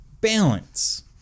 Balance